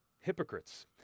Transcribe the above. Hypocrites